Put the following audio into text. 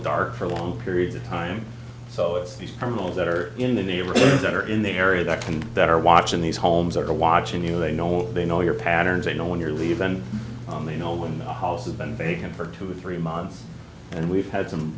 dark for long periods of time so it's these families that are in the neighborhood that are in the area that can that are watching these homes are watching you they know they know your patterns they know when you're leave them on the knoll when the house has been vacant for two or three months and we've had some